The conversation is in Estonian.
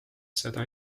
seda